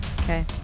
Okay